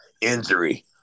injury